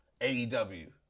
AEW